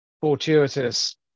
fortuitous